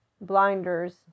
blinders